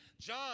John